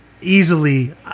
easily